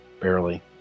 Barely